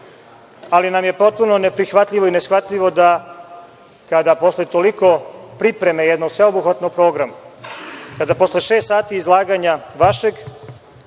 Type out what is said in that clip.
nam je neprihvatljivo i neshvatljivo da kada posle toliko pripreme jednog sveobuhvatnog programa, kada posle šest izlaganja vašeg,